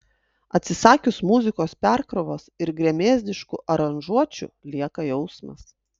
atsisakius muzikos perkrovos ir gremėzdiškų aranžuočių lieka jausmas